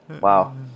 Wow